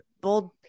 bold